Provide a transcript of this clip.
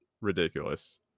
ridiculous